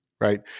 right